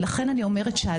לכן אני אומרת,